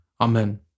Amen